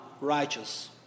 righteous